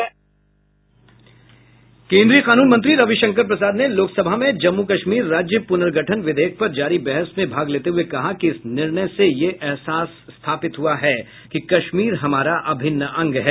केन्द्रीय कानून मंत्री रविशंकर प्रसाद ने लोकसभा में जम्मू कश्मीर राज्य पुनर्गठन विधेयक पर जारी बहस में भाग लेते हुए कहा कि इस निर्णय से ये एहसास स्थापित हुआ है कि कश्मीर हमारा अभिन्न अंग है